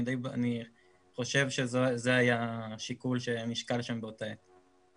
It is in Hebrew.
אני חושב שזה היה השיקול שנשקל שם באותה עת.